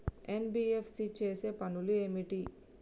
NBFC చేసే పనులు ఏమిటి?